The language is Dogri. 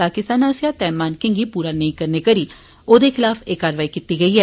पाकिस्तान आस्सेया तय मानकें गी पूरा नेंई करने करी औदे खिलाफ एह कारवाई कीती गेई ऐ